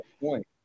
point